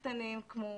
לא,